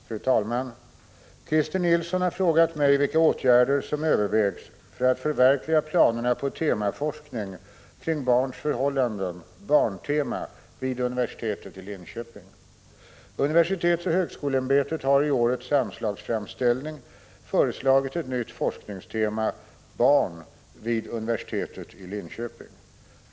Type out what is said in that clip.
Fru talman! Christer Nilsson har frågat mig vilka åtgärder som övervägs för att förverkliga planerna på temaforskning kring barns förhållanden vid universitetet i Linköping. Universitetsoch högskoleämbetet har i årets anslagsframställning föreslagit ett nytt forskningstema, Barn, vid universitetet i Linköping.